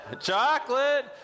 Chocolate